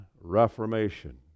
Reformation